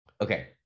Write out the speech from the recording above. okay